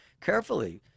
carefully